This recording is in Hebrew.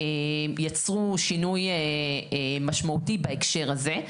יצרו שינוי משמעותי בהקשר הזה.